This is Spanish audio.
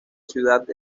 ciudad